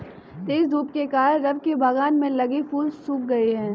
तेज धूप के कारण, रवि के बगान में लगे फूल सुख गए